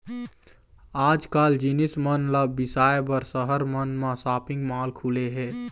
आजकाल जिनिस मन ल बिसाए बर सहर मन म सॉपिंग माल खुले हे